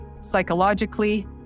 psychologically